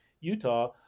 Utah